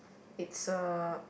it's a